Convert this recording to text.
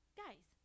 guys